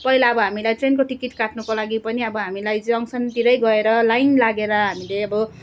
पहिला अब हामीलाई ट्रेनको टिकट काट्नुको लागि पनि अब हामीलाई जङसनतिरै गएर लाइन लागेर हामीले अब